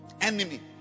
Enemy